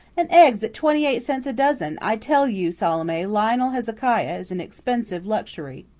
and eggs at twenty-eight cents a dozen! i tell you, salome, lionel hezekiah is an expensive luxury.